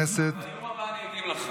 בנאום הבא אני אגיב לך.